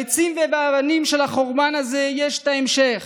בעצים ובאבנים של החורבן יש המשך,